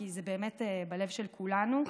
כי זה באמת בלב של כולנו,